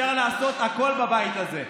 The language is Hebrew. אפשר לעשות הכול בבית הזה,